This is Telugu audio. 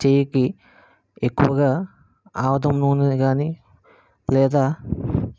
చెయ్యికి ఎక్కువగా ఆముదం నూనెను కానీ లేదా